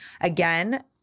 again